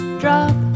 drop